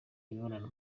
imibonano